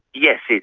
yes,